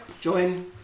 Join